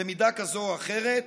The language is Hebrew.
במידה כזו או אחרת,